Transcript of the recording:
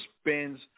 spends